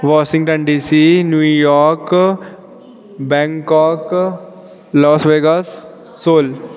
Washington DC New York Bangkok Las Vegas solve